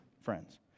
friends